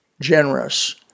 generous